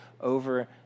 over